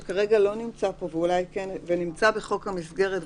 שלא נמצא פה וכן נמצא בחוק המסגרת,